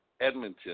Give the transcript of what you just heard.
Edmonton